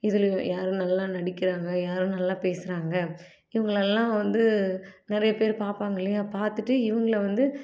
இதுலையும் யார் நல்லா நடிக்கிறாங்க யார் நல்லா பேசுகிறாங்க இவங்களெல்லாம் வந்து நிறைய பேபேர் பார்ப்பாங்க இல்லையா பார்த்துட்டு இவங்களை வந்து